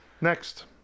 Next